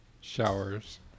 Showers